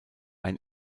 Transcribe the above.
ein